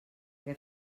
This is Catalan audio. què